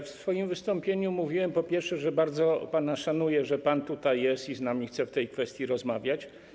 W swoim wystąpieniu mówiłem, po pierwsze, że bardzo pana szanuję, że pan tutaj jest i chce z nami w tej kwestii rozmawiać.